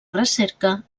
recerca